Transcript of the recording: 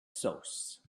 sauce